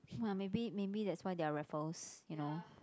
!wah! maybe maybe that's why they are Raffles you know